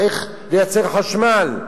איך לייצר חשמל.